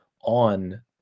on